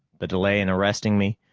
the delay in arresting me,